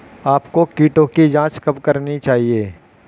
आपको कीटों की जांच कब करनी चाहिए?